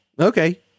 Okay